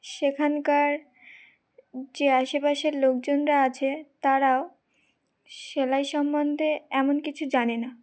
সেখানকার যে আশেপাশের লোকজনরা আছে তারাও সেলাই সম্বন্ধে এমন কিছু জানে না